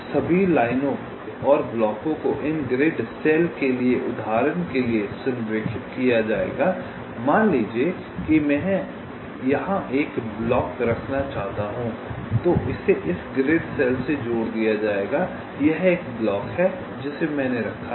अब सभी लाइनों और ब्लॉकों को इन ग्रिड कोशिकाओं के लिए उदाहरण के लिए संरेखित किया जाएगा मान लीजिए कि मैं यहां एक ब्लॉक रखना चाहता हूं तो इसे इस ग्रिड सेल से जोड़ दिया जाएगा यह एक ब्लॉक है जिसे मैंने रखा है